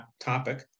topic